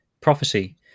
prophecy